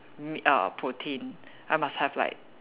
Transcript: me~ uh protein I must have like